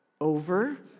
over